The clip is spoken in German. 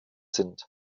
sind